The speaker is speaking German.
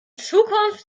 zukunft